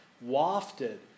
wafted